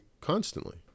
constantly